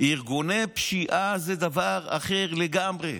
ארגוני פשיעה זה דבר אחר לגמרי,